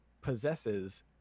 possesses